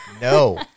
No